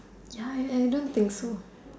ya I I don't think so